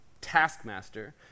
taskmaster